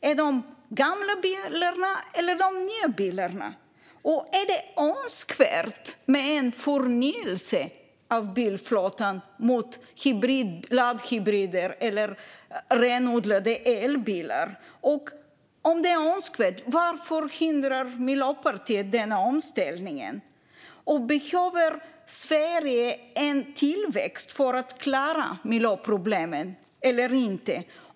Är det gamla bilar eller nya bilar? Är det önskvärt med en förnyelse av bilflottan mot laddhybrider eller renodlade elbilar? Om det är önskvärt, varför hindrar Miljöpartiet denna omställning? Behöver Sverige en tillväxt för att klara miljöproblemen eller inte?